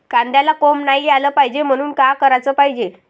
कांद्याला कोंब नाई आलं पायजे म्हनून का कराच पायजे?